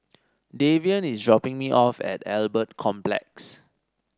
Davion is dropping me off at Albert Complex